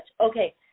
Okay